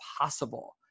possible